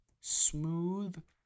smooth